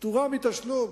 פטורה מתשלום.